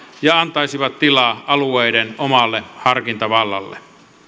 ja antaisivat tilaa alueiden omalle harkintavallalle